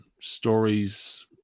stories